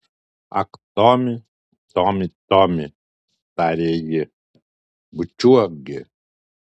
ak tomi tomi tomi tarė ji bučiuok gi